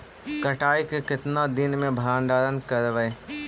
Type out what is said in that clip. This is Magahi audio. कटाई के कितना दिन मे भंडारन करबय?